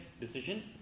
decision